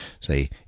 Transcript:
say